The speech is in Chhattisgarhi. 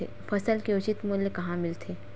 फसल के उचित मूल्य कहां मिलथे?